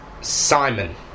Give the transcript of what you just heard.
Simon